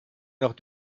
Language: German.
nach